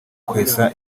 kwesa